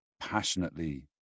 passionately